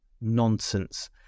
nonsense